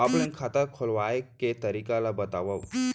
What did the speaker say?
Offline खाता खोलवाय के तरीका ल बतावव?